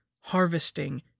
harvesting